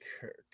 Kirk